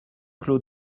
clos